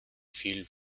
viel